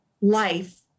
life